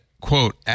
quote